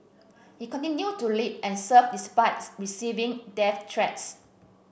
he continued to lead and serve despite receiving death threats